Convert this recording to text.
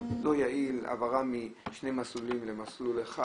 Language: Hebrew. לא יעיל, העברה משני מסלולים למסלול אחד.